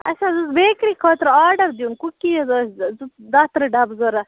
اَسہِ حظ اوس بیکری خٲطرٕ آرڈَر دیُن کُکیٖز ٲسۍ زٕ دَہ ترٕٛہ ڈَبہٕ ضروٗرت